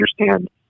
understand